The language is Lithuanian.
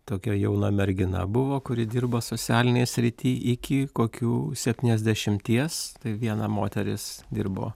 tokia jauna mergina buvo kuri dirba sosialinėj srity iki kokių septyniasdešimties tai viena moteris dirbo